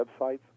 websites